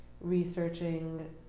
researching